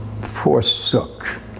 forsook